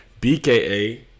bka